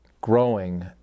growing